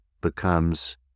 becomes